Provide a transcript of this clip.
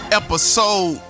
episode